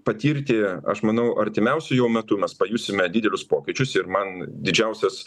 patirti aš manau artimiausiu jau metu mes pajusime didelius pokyčius ir man didžiausias